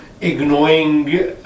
ignoring